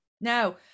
now